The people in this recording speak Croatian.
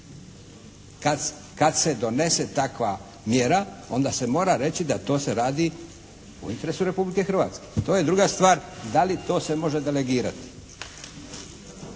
Kad se donese takva mjera onda se mora reći da to se radi u interesu Republike Hrvatske, a to je druga stvar da li to se može delegirati.